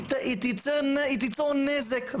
היא תיצור נזק.